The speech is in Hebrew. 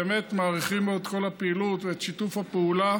ובאמת מעריכים מאוד את כל הפעילות ואת שיתוף הפעולה.